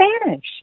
Spanish